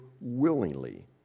willingly